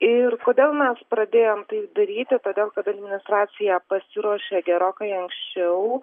ir kodėl mes pradėjom tai daryti todėl kad administracija pasiruošė gerokai anksčiau